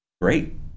great